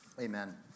amen